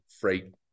freight